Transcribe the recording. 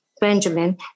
Benjamin